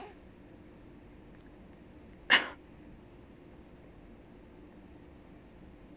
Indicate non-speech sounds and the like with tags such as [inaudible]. [coughs]